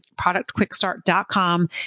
productquickstart.com